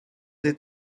des